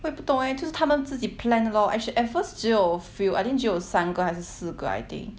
我也不懂 eh 就是他们自己 plan lor actually at first 只有 few I think 只有三个还是四个 I think